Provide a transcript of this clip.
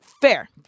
Fair